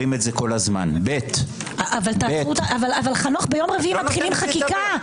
אבל ביום רביעי מתחילים חקיקה.